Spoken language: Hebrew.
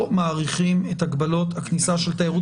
שלא מאריכים את הגבלות הכניסה של תיירות